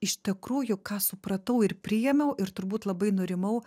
iš tikrųjų ką supratau ir priėmiau ir turbūt labai nurimau